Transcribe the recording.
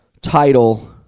title